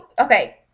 Okay